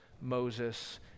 Moses